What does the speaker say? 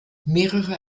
mehrere